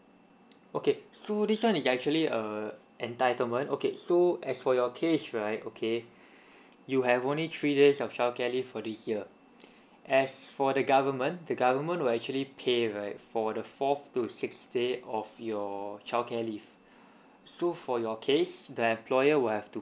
okay so this one is actually uh entitlement okay so as for your case right okay you have only three days of childcare leave for this year as for the government the government will actually pay right for the fourth to sixth day of your childcare leave so for your case the employer will have to